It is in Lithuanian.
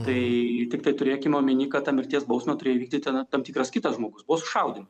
tai tiktai turėkim omeny kad tą mirties bausmę turėjo įvykdyti tam tikras kitas žmogus buvo sušaudymai